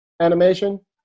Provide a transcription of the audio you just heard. Animation